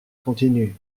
continue